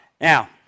Now